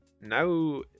Now